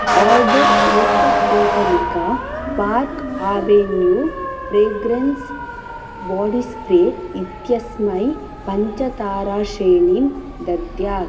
order एकपोटलिका Park Avenue fragrance body spray इत्यस्मै पञ्चताराश्रेणीं दद्यात्